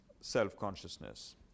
self-consciousness